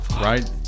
Right